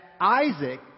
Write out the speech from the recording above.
Isaac